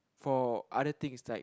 for other things like